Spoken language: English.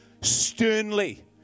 sternly